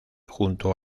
junto